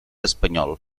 espanyol